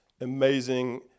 amazing